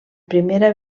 primera